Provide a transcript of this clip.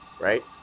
right